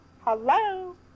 hello